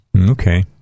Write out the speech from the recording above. Okay